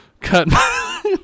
Cut